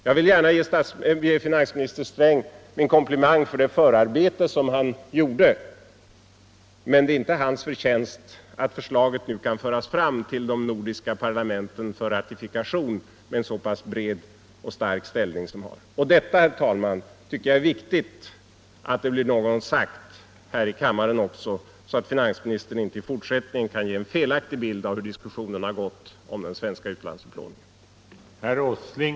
Jag vill som sagt gärna ge finansminister Sträng en komplimang för det förarbete som han gjorde, men det är inte hans förtjänst att förslaget nu kan föras fram till de nordiska parlamenten för ratifikation med en så pass bred och stark ställning som det har. Detta, herr talman, bör någon gång bli sagt i kammaren så att finansministern inte i fortsättningen kan ge en felaktig bild av hur diskussionen om den svenska utlandsupplåningen har förts.